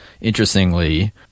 interestingly